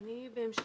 אני בהמשך.